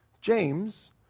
James